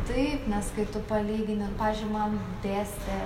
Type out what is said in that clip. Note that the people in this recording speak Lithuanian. taip nes kai tu palygini nu pavyzdžiui man dėstė